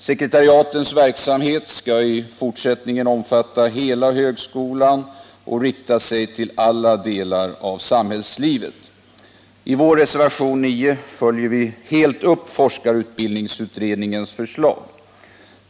Sekretariatens verksamhet skall i fortsättningen omfatta hela högskolan och rikta sig till alla delar av samhällslivet. I vår reservation nr 9 följer vi helt upp forskarutbildningsutredningens förslag.